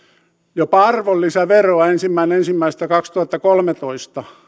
jopa arvonlisäveroa ensimmäinen ensimmäistä kaksituhattakolmetoista